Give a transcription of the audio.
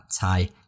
tie